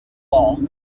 wall